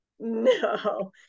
no